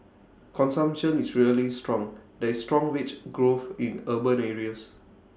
consumption is really strong there is strong wage growth in urban areas